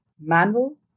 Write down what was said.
manual